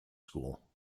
school